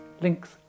Links